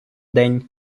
день